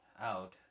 out